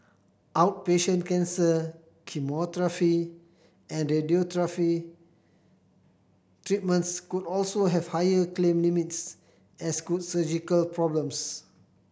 outpatient cancer chemotherapy and radiotherapy treatments could also have higher claim limits as could surgical problems